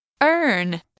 earn